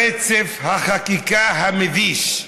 רצף החקיקה המביש,